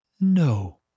No